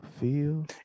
feel